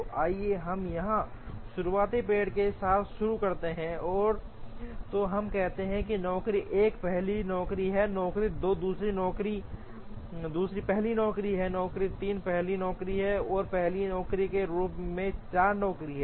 तो आइए हम यहां शुरुआती पेड़ के साथ शुरू करते हैं और तो हम कहते हैं कि नौकरी 1 पहली नौकरी है नौकरी 2 दूसरी पहली नौकरी है नौकरी 3 पहली नौकरी है और पहली नौकरी के रूप में 4 नौकरी